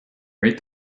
rate